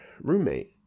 Roommate